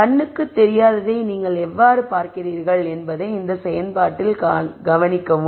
கண்ணுக்குத் தெரியாததை நீங்கள் எவ்வாறு பார்க்கிறீர்கள் என்பதை இந்த செயல்பாட்டில் கவனிக்கவும்